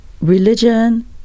religion